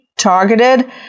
Targeted